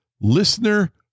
Listener